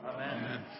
Amen